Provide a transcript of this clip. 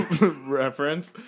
reference